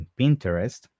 Pinterest